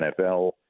NFL